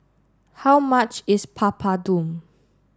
how much is Papadum